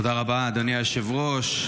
תודה רבה, אדוני היושב-ראש.